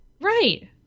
Right